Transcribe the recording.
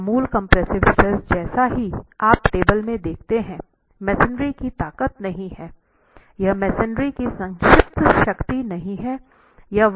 यह मूल compressive stress जैसा कि आप टेबल में देखते हैं मेसनरी की ताकत नहीं है यह मेसनरी की संक्षिप्त शक्ति नहीं है